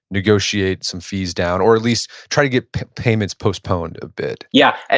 negotiate some fees down or at least try to get payments postponed a bit yeah,